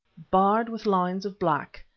barred with lines of black,